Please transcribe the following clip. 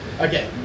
Okay